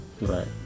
right